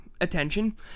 attention